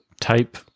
type